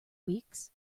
weeks